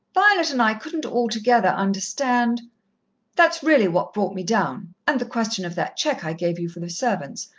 violet and i couldn't altogether understand that's really what brought me down, and the question of that cheque i gave you for the servants.